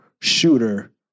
shooter